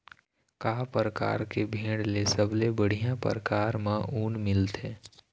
का परकार के भेड़ ले सबले बढ़िया परकार म ऊन मिलथे?